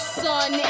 sun